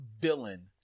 villain